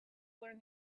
learn